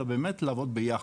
אלא באמת לעבוד ביחד,